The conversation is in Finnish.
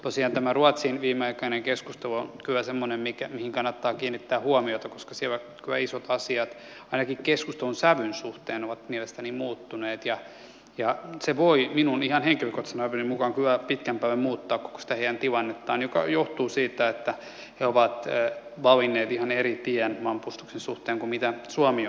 tosiaan tämä ruotsin viimeaikainen keskustelu on kyllä semmoinen johon kannattaa kiinnittää huomiota koska siellä kyllä isot asiat ainakin keskustelun sävyn suhteen ovat mielestäni muuttuneet ja se voi minun ihan henkilökohtaisen arvioni mukaan kyllä pitkän päälle muuttaa koko sitä heidän tilannettaan joka johtuu siitä että he ovat valinneet ihan eri tien maanpuolustuksen suhteen kuin minkä suomi on valinnut